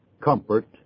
comfort